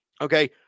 Okay